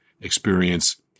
experience